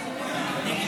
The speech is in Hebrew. ההצעה